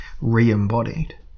re-embodied